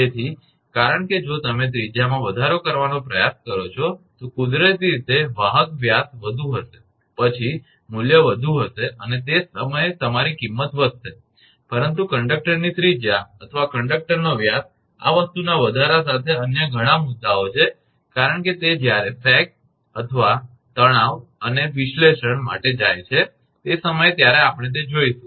તેથી કારણ કે જો તમે ત્રિજ્યામાં વધારો કરવાનો પ્રયાસ કરો છો તો કુદરતી રીતે વાહક વ્યાસ વધુ હશે પછી મૂલ્ય વધુ હશે અને તે જ સમયે તમારી કિંમત વધશે પરંતુ કંડક્ટરની ત્રિજ્યા અથવા કંડક્ટરનો વ્યાસ આ વસ્તુના વધારા સાથે અન્ય ઘણા મુદ્દાઓ છે કારણ કે તે જ્યારે સેગ અને તણાવટેન્શન અને વિશ્લેષણ માટે જાય છે તે સમયે ત્યારે આપણે તે જોઇશું